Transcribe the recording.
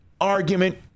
argument